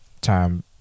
Time